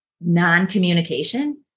non-communication